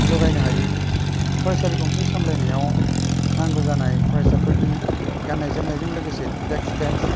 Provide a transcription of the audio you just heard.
जगायनो हायै फरायसालि गंसे सामलायनायाव नांगौ जानाय फरायसाफोरनि गान्नाय जोमनायजों लोगोसे डेक्स बेन्स